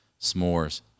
s'mores